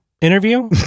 interview